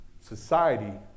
society